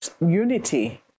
unity